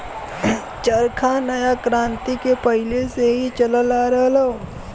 चरखा नया क्रांति के पहिले से ही चलल आ रहल हौ